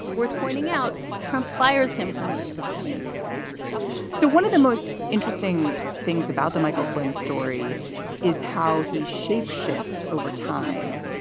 worth pointing out. trump fires him from this position so one of the most interesting things about the michael flynn story is how he shape shifts over time.